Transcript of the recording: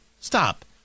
Stop